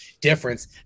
difference